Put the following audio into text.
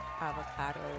avocado